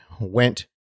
went